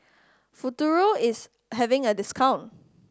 Futuro is having a discount